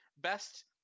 best